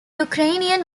ukrainian